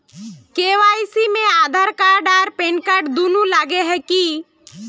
KYC में Aadhaar card आर PAN card दुनू लगे है की?